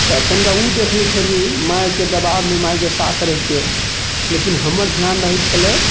तऽ कनिटा ओ देखि लै छलिए माइके दबाबमे माइके साथ रहिके लेकिन हमर धिआन रहै छलै